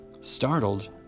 Startled